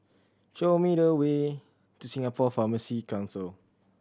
show me the way to Singapore Pharmacy Council